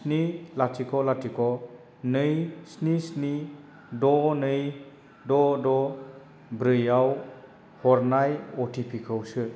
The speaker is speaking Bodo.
स्नि लाथिख' लाथिख' नै स्नि स्नि द नै द द ब्रैआव हरनाय अ टि पि खौ सो